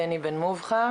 בני בן מובחר.